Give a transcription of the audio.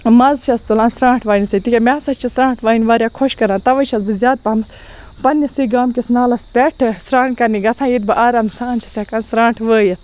مَز چھَس تُلان سرانٛٹھ واینہِ سۭتۍ تکیازِ مےٚ ہَسا چھِ سرانٛٹھ واین واریاہ خۄش کَران تَوَے چھَس بہٕ زیاد پَہَم پَنٕنسی گامکِس نالَس پیٹھ سران کرنہِ گَژھان ییٚتہِ بہٕ آرام سان چھَس ہیٚکان سرانٛٹھ وٲیِتھ